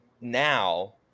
now